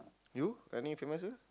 you any famous